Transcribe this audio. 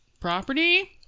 property